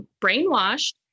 brainwashed